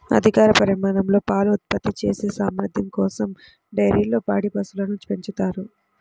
అధిక పరిమాణంలో పాలు ఉత్పత్తి చేసే సామర్థ్యం కోసం డైరీల్లో పాడి పశువులను పెంచుతారు